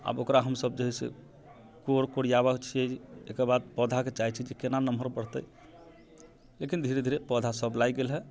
आब ओकरा हम सभ जे है से कोर कोरियाबे छियै तेकर बाद पौधाके चाहै छिये जे केना नम्हर बढ़ते लेकिन धीरे धीरे पौधा सभ लैग गेल है